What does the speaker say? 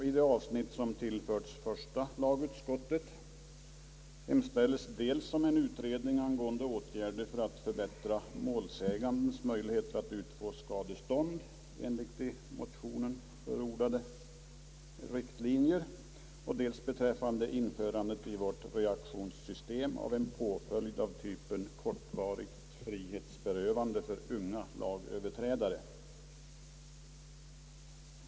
I det avsnitt som tillförts första lagutskottet hemställes dels om en utredning angående åtgärder för att förbättra målsägandes möjligheter att utfå skadestånd enligt de i motionen förordade riktlinjerna och dels om införandet i vårt reaktionssystem av en påföljd av typen kortvarigt frihetsberövande för unga lagöverträdare.